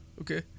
Okay